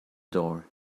door